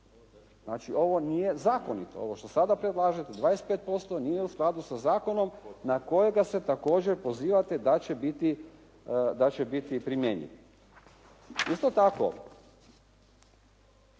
Znači ovo nije zakonito. Ovo što sada predlažete 25% nije u skladu sa zakonom na kojega se također pozivate da će biti primijenjen. Isto tako,